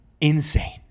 insane